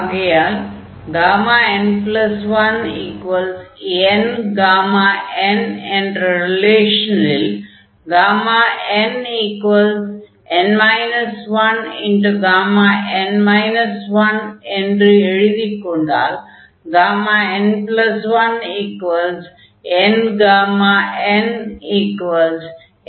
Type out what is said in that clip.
ஆகையால் n1nΓn என்ற ரிலேஷனில் nΓ என்று எழுதிக் கொண்டால் n1nΓnnΓ என்று ஆகும்